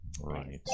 Right